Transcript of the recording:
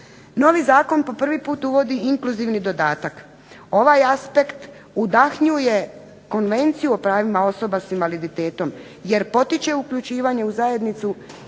Novi Zakon po prvi put uvodi inkluzivni dodatak, ovaj aspekt udahnjuje konvenciju o pravima osoba s invaliditetom jer potiče uključivanje u zajednicu,